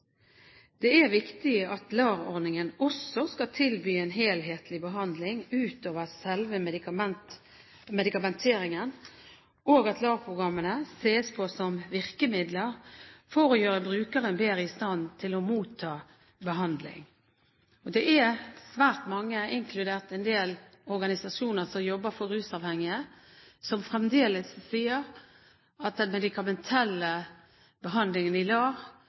Det er viktig at LAR-ordningen også skal tilby en helhetlig behandling utover selve medikamenteringen, og at LAR-programmene ses på som virkemidler for å gjøre brukeren bedre i stand til å motta behandling. Det er svært mange, inkludert en del organisasjoner som jobber med rusavhengige, som fremdeles sier at den